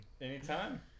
Anytime